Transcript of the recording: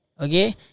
Okay